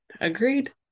agreed